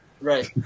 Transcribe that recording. Right